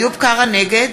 נגד